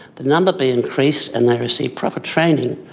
the number be increased, and they receive proper training,